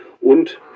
und